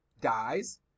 dies